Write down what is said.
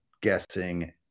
guessing